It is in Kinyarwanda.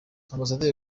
ambasaderi